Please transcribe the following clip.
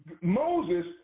Moses